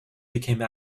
became